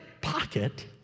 pocket